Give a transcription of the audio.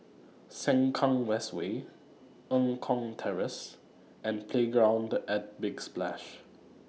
Sengkang West Way Eng Kong Terrace and Playground At Big Splash